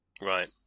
Right